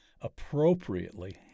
appropriately